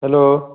hello